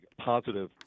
positive